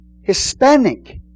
Hispanic